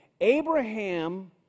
Abraham